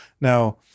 Now